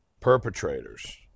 perpetrators